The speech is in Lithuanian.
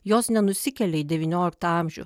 jos nenusikelia į devynioliktą amžių